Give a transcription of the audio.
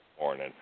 morning